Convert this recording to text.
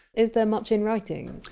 is there much in writing?